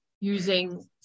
using